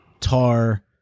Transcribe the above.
Tar